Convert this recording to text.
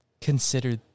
Consider